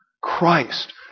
Christ